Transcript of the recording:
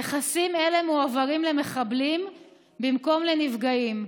נכסים אלה מועברים למחבלים במקום לנפגעים.